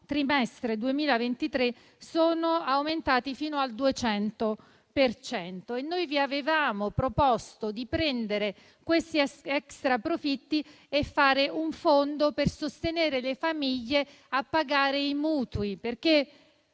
trimestre 2023 sono aumentati fino al 200 per cento. Vi avevamo proposto di prendere questi extraprofitti e di creare un fondo per sostenere le famiglie nel pagare i mutui. Forse